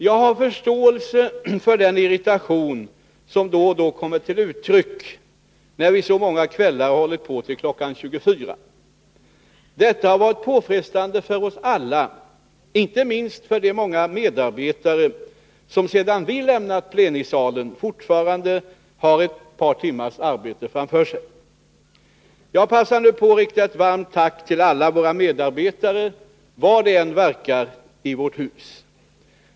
Jag har förståelse för den irritation som då och då kommit till uttryck, när vi så många kvällar har hållit på till kl. 24.00. Detta har varit påfrestande för oss alla, inte minst för de många medarbetare som sedan vi lämnat plenisalen fortfarande har ett par timmars arbete framför sig. Jag passar nu på att rikta ett varmt tack till alla våra medarbetare var de än verkar i vårt hus.